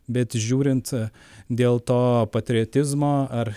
bet žiūrint dėl to patriotizmo ar